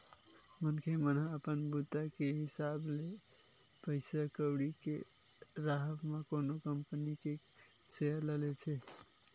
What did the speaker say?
मनखे मन ह अपन बूता के हिसाब ले पइसा कउड़ी के राहब म कोनो कंपनी के सेयर ल लेथे